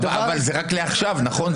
אבל זה רק לעכשיו, נכון?